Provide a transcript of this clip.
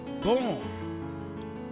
born